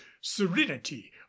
serenity